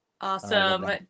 Awesome